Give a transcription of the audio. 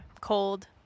cold